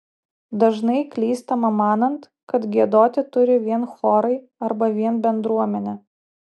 dažnai klystama manant kad giedoti turi vien chorai arba vien bendruomenė